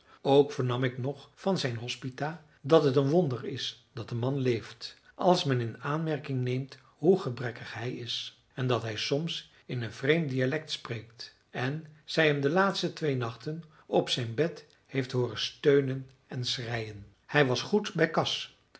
ook vernam ik nog van zijn hospita dat het een wonder is dat de man leeft als men in aanmerking neemt hoe gebrekkig hij is en dat hij soms in een vreemd dialect spreekt en zij hem de laatste twee nachten op zijn bed heeft hooren steunen en schreien hij was goed bij kas